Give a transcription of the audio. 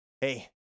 Hey